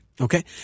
Okay